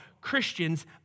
Christians